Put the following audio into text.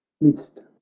midst